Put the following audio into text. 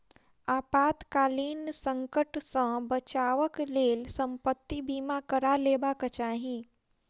आपातकालीन संकट सॅ बचावक लेल संपत्ति बीमा करा लेबाक चाही